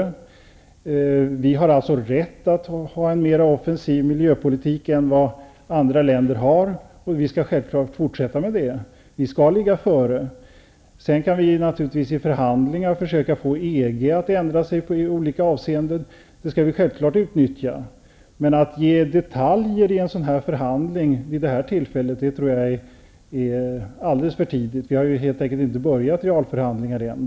Vi i Sverige har alltså rätt att ha en miljöpolitik som är mer offensiv än andra länders. Självklart skall vi fortsätta på den linjen. Vi skall ligga före. Sedan kan vi, naturligtvis, i förhandlingar försöka att få EG att ändra ståndpunkt i olika avseenden. Den möjligheten skall vi självklart utnyttja. Men att komma med detaljer i en sådan förhandling vid detta tillfälle tror jag skulle vara att göra något alldeles för tidigt. Vi har helt enkelt inte påbörjat några realförhandlingar ännu.